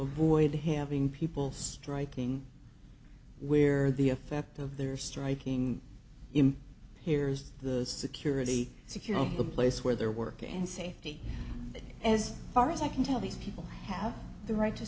avoid having people striking where the effect of their striking him here is the security security the place where they're working and safety as far as i can tell these people have the right to